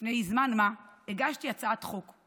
לפני זמן מה הגשתי הצעת חוק,